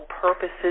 purposes